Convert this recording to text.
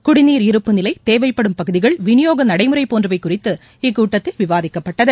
குடிநீர் இருப்புநிலை தேவைப்படும் பகுதிகள் விநியோக நடைமுறை போன்றவை குறித்து இக்கூட்டத்தில் விவாதிக்கப்பட்டது